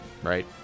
right